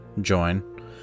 join